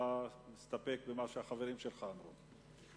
אתה מסתפק במה שהחברים שלך אמרו.